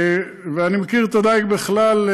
ואני מכיר את הדיג בכלל,